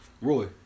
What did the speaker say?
Roy